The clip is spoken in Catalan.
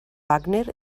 wagner